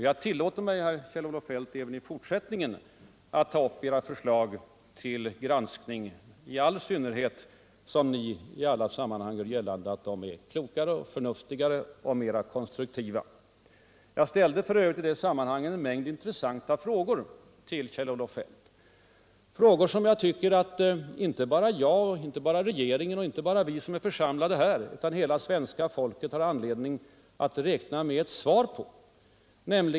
Jag tillåter mig, Kjell-Olof Feldt, att även i fortsättningen ta upp era förslag till granskning, i all synnerhet som ni i alla sammanhang gör gällande att de är klokare, förnuftigare och mer konstruktiva än våra. Jag ställde en mängd intressanta frågor till Kjell-Olof Feldt, frågor som inte bara jag, regeringen och vi övriga här i riksdagen, utan hela svenska folket har anledning att räkna med att få svar på.